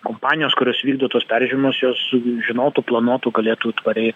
kompanijos kurios vykdo tuos pervežimus jos žinotų planuotų galėtų tvariai